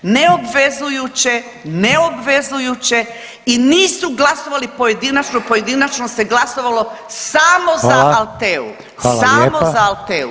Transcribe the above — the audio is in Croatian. Neobvezujuće, neobvezujuće i nisu glasovali pojedinačno, pojedinačno se glasovalo samo za Altheu [[Upadica: Hvala.]] samo za Altheu.